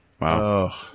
Wow